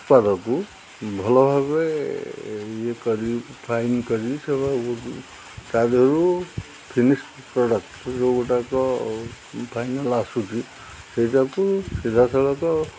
ଉତ୍ପାଦକୁ ଭଲ ଭାବେ ଇଏ କରି ଫାଇନ୍ କରି ସେ ତା' ଦେହରୁ ଫିନିଶ୍ ପ୍ରଡ଼କ୍ଟ ଯେଉଁ ଗୁଡ଼ାକ ଫାଇନଲ୍ ଆସୁଛି ସେଇଟାକୁ ସିଧାସଳଖ